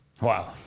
Wow